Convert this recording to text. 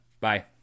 Bye